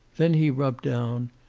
then he rubbed down,